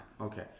Okay